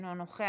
אינו נוכח,